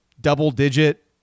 double-digit